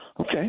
Okay